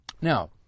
Now